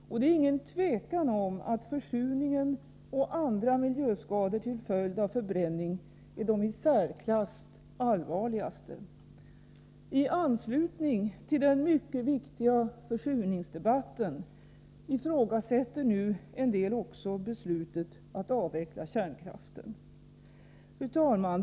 Och det är inget tvivel om att försurningen och andra miljöskador till följd av förbränning är de i särklass allvarligaste. I anslutning till den mycket viktiga försurningsdebatten ifrågasätter nu er del också beslutet att avveckla kärnkraften. Fru talman!